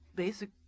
basic